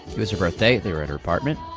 it was her birthday, they were at her apartment.